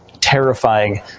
terrifying